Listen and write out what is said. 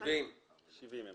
70,000